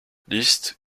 liszt